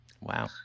Wow